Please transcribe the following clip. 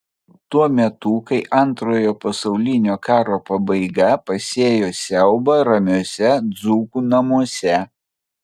tuo metu kai antrojo pasaulinio karo pabaiga pasėjo siaubą ramiuose dzūkų namuose